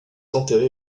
enterrée